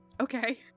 Okay